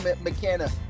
McKenna